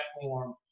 platform